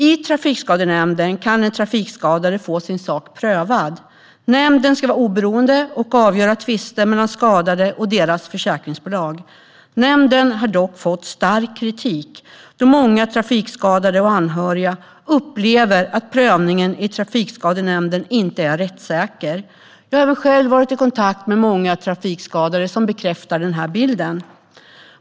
I Trafikskadenämnden kan den trafikskadade få sin sak prövad. Nämnden ska vara oberoende och avgöra tvister mellan skadade och deras försäkringsbolag. Nämnden har dock fått stark kritik, då många trafikskadade och anhöriga upplever att prövningen i Trafikskadenämnden inte är rättssäker. Jag har även själv varit i kontakt med många trafikskadade som bekräftar denna bild.